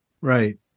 Right